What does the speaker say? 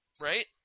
Right